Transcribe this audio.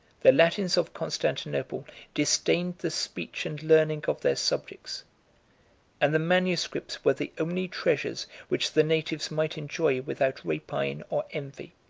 the latins of constantinople disdained the speech and learning of their subjects and the manuscripts were the only treasures which the natives might enjoy without rapine or envy.